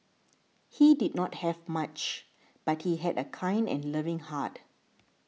he did not have much but he had a kind and loving heart